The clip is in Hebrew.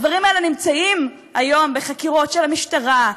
הדברים האלה נמצאים היום בחקירות של המשטרה,